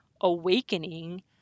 awakening